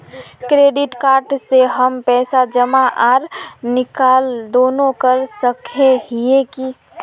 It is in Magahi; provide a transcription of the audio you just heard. क्रेडिट कार्ड से हम पैसा जमा आर निकाल दोनों कर सके हिये की?